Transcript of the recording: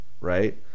right